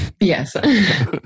Yes